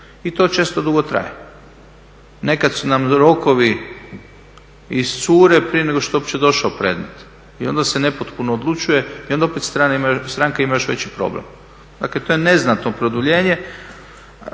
i to često dugo traje. Nekada nam rokovi iscure prije nego što je uopće došao predmet i onda se nepotpuno odlučuje i onda opet stranke imaju još veći problem. Dakle to je neznatno produljenje